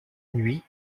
nuit